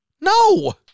No